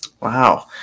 Wow